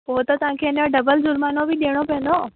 पोइ त तव्हांखे अञा डबल जुर्मानो बि ॾियणो पवंदो